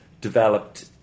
developed